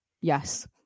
Yes